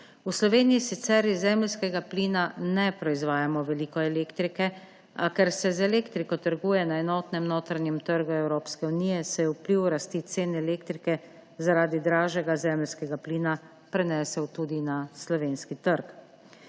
V Sloveniji sicer iz zemeljskega plina ne proizvajamo veliko elektrike, a ker se z elektriko trguje na enotnem notranjem trgu Evropske unije, se je vpliv rasti cen elektrike zaradi dražjega zemeljskega plina prenesel tudi na slovenski trg.